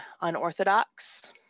unorthodox